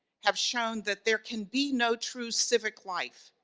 have shown that there can be no true civic life,